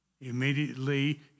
Immediately